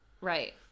Right